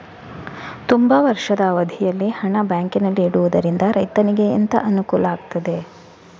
ತುಂಬಾ ವರ್ಷದ ಅವಧಿಯಲ್ಲಿ ಹಣ ಬ್ಯಾಂಕಿನಲ್ಲಿ ಇಡುವುದರಿಂದ ರೈತನಿಗೆ ಎಂತ ಅನುಕೂಲ ಆಗ್ತದೆ?